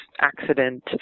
accident